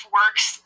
works